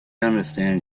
understand